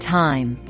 time